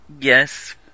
Yes